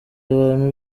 abantu